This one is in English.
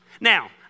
Now